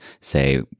say